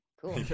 cool